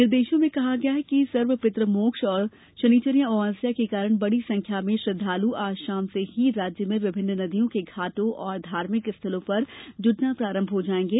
निर्देशों में कहा गया है कि सर्वपित्मोक्ष एवं शनिश्चरी अमावस्या के कारण बड़ी संख्या में श्रद्धाल् आज शाम से ही राज्य में विभिन्न नदियों के घाटों और धार्मिक स्थलों पर जुटना प्रारंभ हो जाएंगे